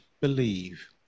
believe